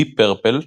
דיפ פרפל,